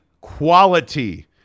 quality